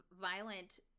violent